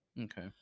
okay